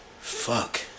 Fuck